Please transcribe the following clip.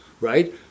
right